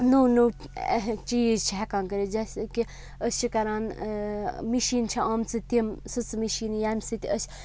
نوٚو نوٚو چیٖز چھِ ہیٚکان کٔرِتھ جیسے کہِ أسۍ چھِ کَران مِشیٖن چھِ آمژٕ تِم سٕژ مِشیٖنہِ ییٚمہِ سۭتۍ أسۍ